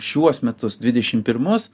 šiuos metus dvidešim pirmus